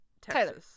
Tyler